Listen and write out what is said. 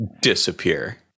disappear